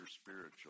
spiritual